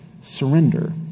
surrender